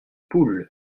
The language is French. poule